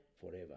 forever